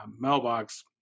mailbox